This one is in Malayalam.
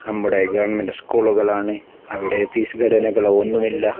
നമ്മുടെ ഗവൺമെൻറ് സ്കൂളുകൾ ആണ് അവിടെ ഫീസ് ഘടനകൾ ഒന്നുമില്ല